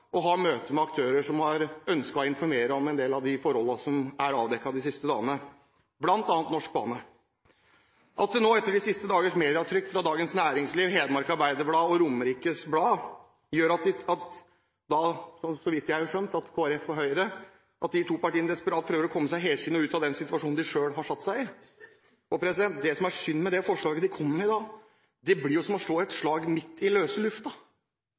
ha møte med aktører som har ønsket å informere om en del av de forholdene som er avdekket de siste dagene, bl.a. Norsk Bane. De siste dagers medietrykk fra Dagens Næringsliv, Hedmark Arbeiderblad og Romerikes Blad gjør, så vidt jeg har skjønt, at de to partiene Kristelig Folkeparti og Høyre desperat prøver å komme seg helskinnet ut av den situasjonen de selv har satt seg i. Det som er synd med det forslaget de kommer med i dag, er jo at det blir som å slå et slag midt i løse